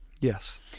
Yes